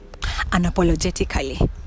unapologetically